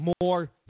more